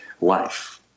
life